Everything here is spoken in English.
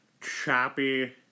choppy